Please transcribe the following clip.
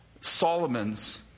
Solomon's